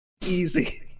easy